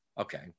okay